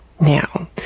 now